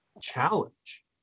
challenge